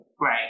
Right